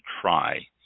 try